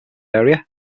area